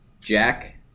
jack